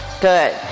Good